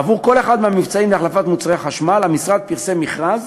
עבור כל אחד מהמבצעים להחלפת מוצרי חשמל המשרד פרסם מכרז,